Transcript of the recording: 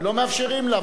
ולא מאפשרים לה.